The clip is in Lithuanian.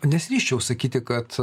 nesiryžčiau sakyti kad